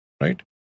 right